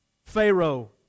Pharaoh